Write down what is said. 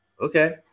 okay